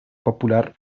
popular